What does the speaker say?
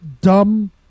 dumb